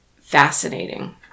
fascinating